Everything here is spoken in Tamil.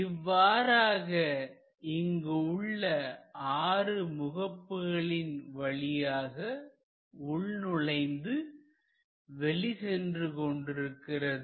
இவ்வாறாக இங்கு உள்ள ஆறு முகப்புகளின் வழியாக உள் நுழைந்து வெளி சென்று கொண்டிருக்கிறது